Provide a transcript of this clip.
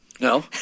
No